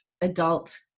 adult